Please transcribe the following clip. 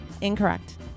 Incorrect